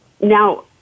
now